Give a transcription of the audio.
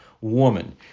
woman